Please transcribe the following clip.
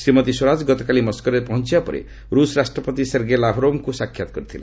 ଶ୍ରୀମତି ସ୍ୱରାଜ ଗତକାଲି ମସ୍କୋରେ ପହଞ୍ଚିବା ପରେ ରୁଷ ରାଷ୍ଟ୍ରପତି ସେର୍ଗେ ଲାଭ୍ରୋଭ୍ଙ୍କୁ ସାକ୍ଷାତ କରିଥିଲେ